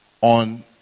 on